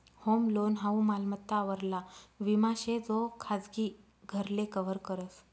home loan हाऊ मालमत्ता वरला विमा शे जो खाजगी घरले कव्हर करस